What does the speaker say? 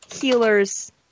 healers